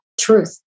truth